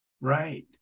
Right